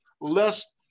less